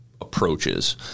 approaches